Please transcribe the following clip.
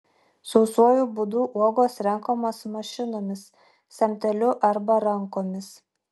sausuoju būdu uogos renkamos mašinomis samteliu arba rankomis